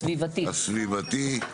אנחנו בהמשך המרתון הסביבתי,